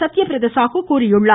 சத்யபிரத சாகு தெரிவித்துள்ளார்